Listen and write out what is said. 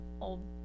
old